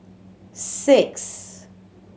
six